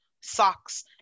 socks